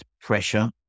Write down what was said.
pressure